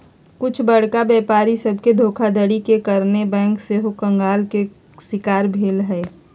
कुछ बरका व्यापारी सभके धोखाधड़ी के कारणे बैंक सेहो कंगाल के शिकार भेल हइ